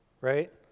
right